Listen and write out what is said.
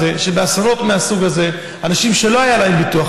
זה שבאסונות מהסוג הזה אנשים שלא היה להם ביטוח,